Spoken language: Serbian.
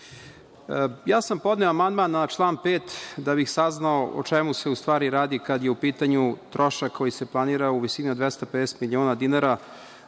sam amandman na član 5. da bih saznao o čemu se u stvari radi kada je u pitanju trošak koji se planira u visini od 250 miliona dinara